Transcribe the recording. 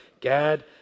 Gad